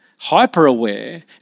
hyper-aware